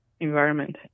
environment